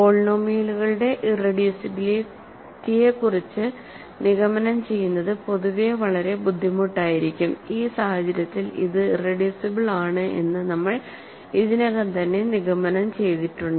പോളിനോമിയലുകളുടെ ഇറെഡ്യൂസിബിലിറ്റിയെക്കുറിച്ച് നിഗമനം ചെയ്യുന്നത് പൊതുവെ വളരെ ബുദ്ധിമുട്ടായിരിക്കും ഈ സാഹചര്യത്തിൽ അത് ഇറെഡ്യൂസിബിൾ ആണ് എന്നു നമ്മൾ ഇതിനകം തന്നെ നിഗമനം ചെയ്തിട്ടുണ്ട്